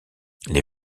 les